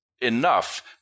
enough